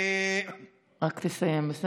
רק תסיים, בסדר?